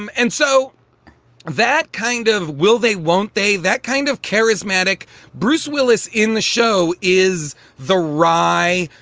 um and so that kind of will they won't they. that kind of charismatic bruce willis in the show is the wry,